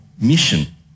mission